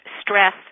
stress